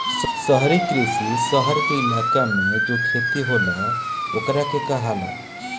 शहरी कृषि, शहर के इलाका मे जो खेती होला ओकरा के कहाला